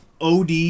OD